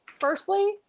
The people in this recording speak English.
Firstly